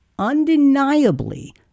undeniably